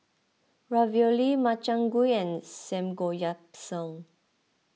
Ravioli Makchang Gui and Samgeyopsal